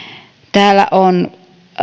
täällä on